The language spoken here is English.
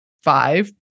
five